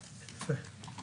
בשעה 12:40.